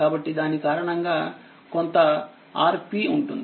కాబట్టి దాని కారణంగా కొంతRp ఉంటుంది